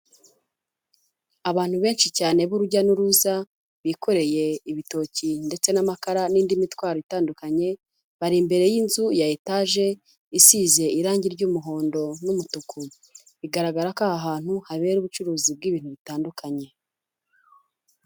Abantu benshi cyane b'urujya n'uruza bikoreye ibitoki ndetse n'amakara n'indi mitwaro itandukanye bari imbere y'inzu ya etage isize irangi ry'umuhondo n'umutuku bigaragara ko aha hantu habera ubucuruzi bw'ibintu bitandukanye.